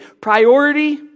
Priority